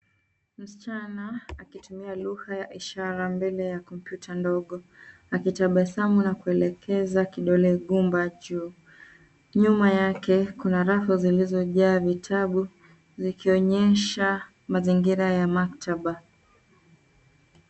Msichana, akitumia lugha ya ishara mbele ya kompyuta ndogo, akitabasamu na kuelekeza kidole gumba juu. Nyuma yake kuna rafu zilizojaa vitabu vikionyesha mazingira ya maktaba.